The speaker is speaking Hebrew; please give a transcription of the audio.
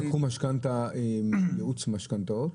ידוע כמה אחוזים לקחו משכנתא עם ייעוץ משכנתאות